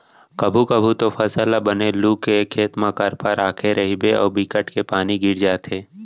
कभू कभू तो फसल ल बने लू के खेत म करपा राखे रहिबे अउ बिकट के पानी गिर जाथे